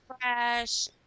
Fresh